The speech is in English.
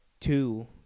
two